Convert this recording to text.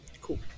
cool